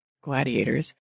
gladiators